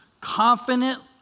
confident